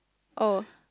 oh